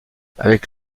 avec